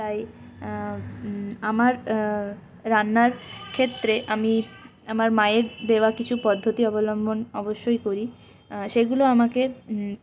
তাই আমার রান্নার ক্ষেত্রে আমি আমার মায়ের দেওয়া কিছু পদ্ধতি অবলম্বন অবশ্যই করি সেগুলো আমাকে